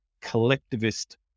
collectivist